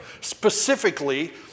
specifically